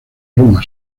roma